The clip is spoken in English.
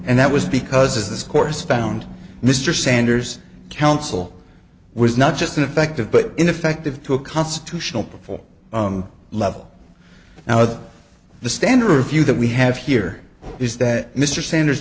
and that was because this course found mr sanders counsel was not just ineffective but ineffective to a constitutional reform level now of the standard view that we have here is that mr sanders